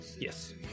Yes